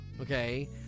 okay